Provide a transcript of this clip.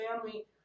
family